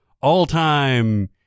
all-time